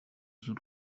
z’u